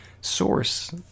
source